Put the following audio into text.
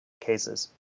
cases